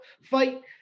fight